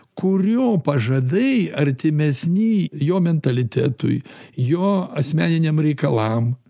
kurio pažadai artimesni jo mentalitetui jo asmeniniam reikalam